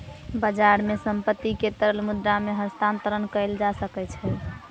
बजार मे संपत्ति के तरल मुद्रा मे हस्तांतरण कयल जा सकै छै